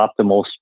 optimal